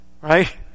Right